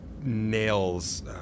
nails